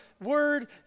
word